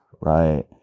right